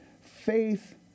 Faith